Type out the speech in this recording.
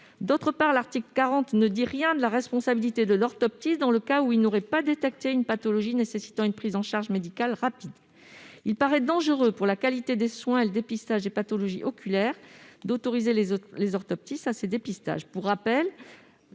D'autre part, l'article 40 ne dit rien de la responsabilité de l'orthoptiste dans le cas où il n'aurait pas détecté une pathologie nécessitant une prise en charge médicale rapide. Il paraît dangereux pour la qualité des soins et le dépistage des pathologies oculaires d'autoriser les orthoptistes à réaliser ces dépistages. Pour rappel,